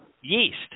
yeast